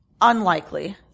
unlikely